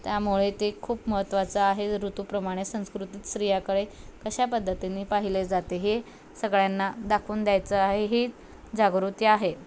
त्यामुळे ते खूप महत्त्वाचं आहे ऋतूप्रमाणे संस्कृतीत स्त्रियाकडे कशा पद्धतीनी पाहिले जाते हे सगळ्यांना दाखवून द्यायचं आहे ही जागृती आहे